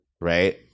right